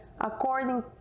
according